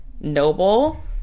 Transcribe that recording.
noble